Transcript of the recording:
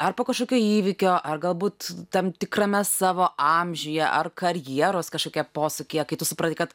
ar po kažkokio įvykio ar galbūt tam tikrame savo amžiuje ar karjeros kažkokia posūkyje kai tu supratai kad